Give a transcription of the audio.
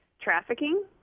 trafficking